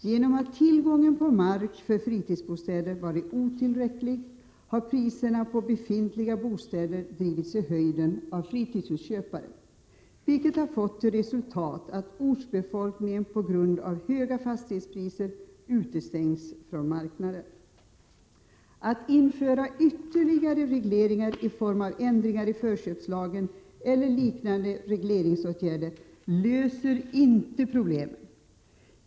Genom att tillgången på mark för fritidsbostäder varit otillräcklig har priserna på befintliga bostäder drivits i höjden av fritidshusköpare, vilket har fått till resultat att ortsbefolkningen på grund av höga fastighetspriser utestängts från marknaden. Att införa ytterligare regleringar i form av ändringar i förköpslagen eller liknande regleringsåtgärder löser inte problemen.